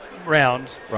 Rounds